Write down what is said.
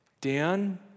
Dan